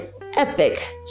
epic